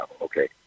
okay